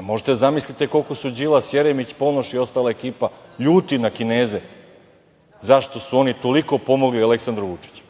možete da zamislite koliko su Đilas, Jeremić, Ponoš i ostala ekipa ljuti na Kineze, zašto su oni toliko pomogli Aleksandru Vučiću.